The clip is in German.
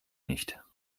nicht